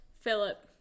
Philip